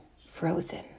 frozen